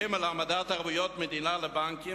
"ג' העמדת ערבויות מדינה לבנקים,